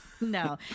No